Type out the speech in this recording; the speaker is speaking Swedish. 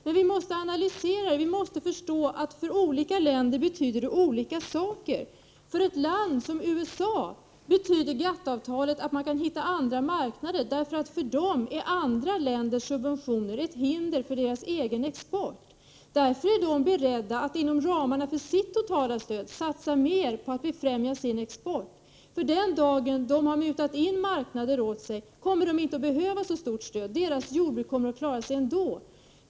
Men vi måste analysera, vi måste förstå att det för olika länder betyder olika saker. För ett land som USA betyder GATT-avtalet att man kan hitta andra marknader. För USA är andra länders subventioner ett hinder för USA:s egen export. Därför är man i USA beredd att inom ramarna för sitt totala stöd satsa mera på att främja sin export. Den dag USA har mutat in marknader åt sig kommer det inte att behövas så stort stöd. Jordbruket i USA kommer att klara sig ändå.